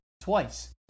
Twice